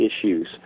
issues